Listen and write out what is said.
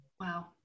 Wow